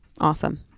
Awesome